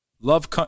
love